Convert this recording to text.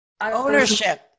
Ownership